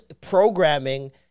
programming